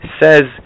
says